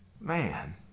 Man